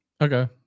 Okay